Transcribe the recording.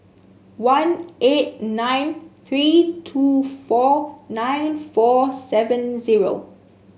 one eight nine three two four nine four seven zero